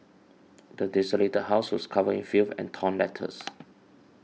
the desolated house was covered in filth and torn letters